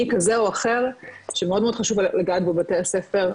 כזה או אחר שמאוד חשוב לגעת בו בבתי הספר,